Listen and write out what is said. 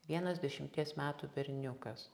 vienas dešimties metų berniukas